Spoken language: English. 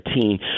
team